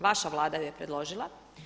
Vaša Vlada ju je predložila.